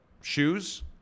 shoes